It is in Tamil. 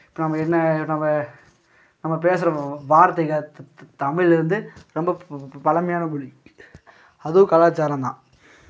இப்போ நம்ப என்ன நம்ம பேசுகிற வார்த்தைக த த தமிழ் வந்து ரொம்ப ப ப பழமையான மொழி அதுவும் கலாச்சாரோம்தான்